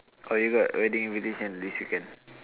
or you got wedding invitation this weekend